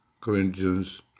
Corinthians